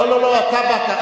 לא, לא, לא, אתה באת.